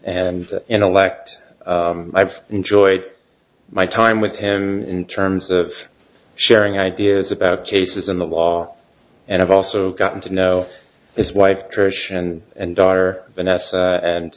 and intellect i've enjoyed my time with him in terms of sharing ideas about cases in the law and i've also gotten to know his wife trish and and daughter vanessa